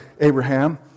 Abraham